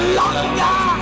longer